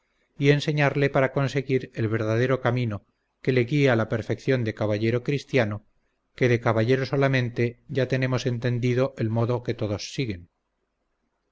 y enseñarle para conseguir el verdadero camino que le guíe a la perfección de caballero cristiano que de caballero solamente ya tenemos entendido el modo que todos siguen